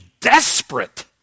desperate